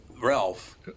Ralph